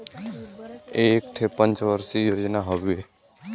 एक ठे पंच वर्षीय योजना हउवे